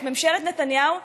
את ממשלת נתניהו,